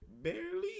Barely